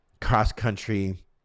cross-country